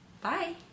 Bye